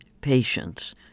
patience